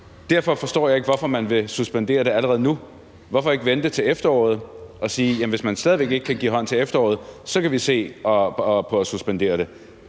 Derfor forstår jeg ikke, hvorfor man vil suspendere det allerede nu. Hvorfor ikke vente til efteråret og sige, at hvis man stadig væk ikke kan give hånd til efteråret, kan vi se på at suspendere det?